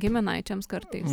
giminaičiams kartais